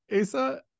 Asa